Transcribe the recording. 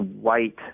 white